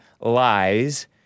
lies